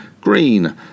green